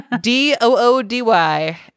D-O-O-D-Y